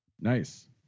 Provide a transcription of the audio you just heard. Nice